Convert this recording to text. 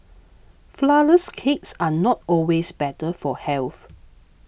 Flourless Cakes are not always better for health